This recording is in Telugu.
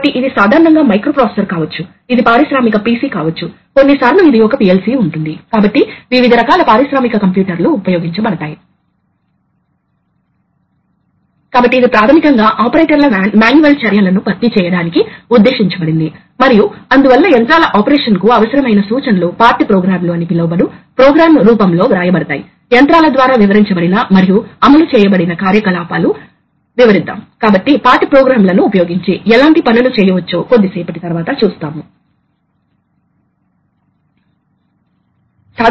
కాబట్టి ఇది ఫ్లో కంట్రోల్ వాల్వ్ గుండా వెళుతుంది మరియు చివరికి బహిష్కరించబడుతుంది కాబట్టి ఈ ఫ్లో కంట్రోల్ వాల్వ్ ఉపయోగించబడుతుంది తద్వారా సిలిండర్ ఈ విధంగా కదులుతున్నప్పుడు ఒక నిర్దిష్ట వేగం ఉంటుంది గరిష్టంగా ఇది చేయగల వేగం ఇది సాధారణంగా సాధించగలరు ఈ రెండు వాల్వ్స్ లో వేర్వేరు ఫ్లో కంట్రోల్ వాల్వ్ ల అమరికలను కలిగి ఉండవచ్చు తద్వారా రెండు వైపులా మీరు సిలిండర్ యొక్క వేర్వేరు వేగాన్ని కలిగి ఉంటారు